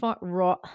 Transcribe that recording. raw